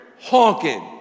honking